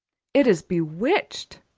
it is bewitched!